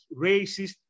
racist